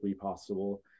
possible